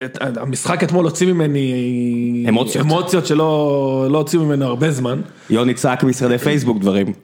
המשחק אתמול הוציא ממני. אמוציות. אמוציות שלא הוציא ממני הרבה זמן. יוני צעק משרדי פייסבוק דברים.